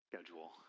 schedule